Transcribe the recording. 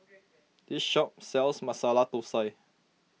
this shop sells Masala Thosai